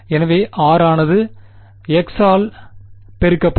எனவே r ஆனது x ஆல் மாற்றப்படும்